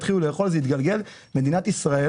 התחילו לאכול וזה התגלגל לזה שמדינת ישראל